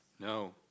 No